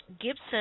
Gibson